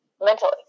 mentally